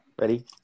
Ready